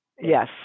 yes